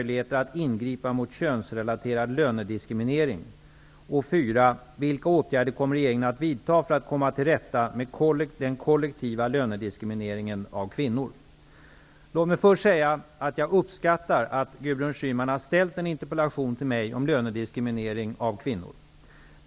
Låt mig först säga att jag uppskattar att Gudrun Schyman har ställt en interpellation till mig om lönediskriminering av kvinnor.